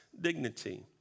dignity